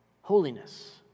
holiness